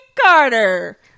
Carter